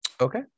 Okay